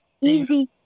easy